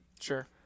Sure